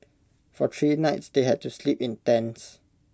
for three nights they had to sleep in tents